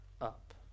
Up